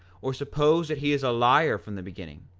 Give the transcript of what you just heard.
or suppose that he is a liar from the beginning,